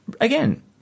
again